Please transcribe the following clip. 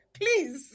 Please